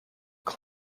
been